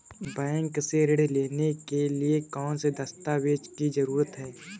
Bank से ऋण लेने के लिए कौन से दस्तावेज की जरूरत है?